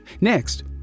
Next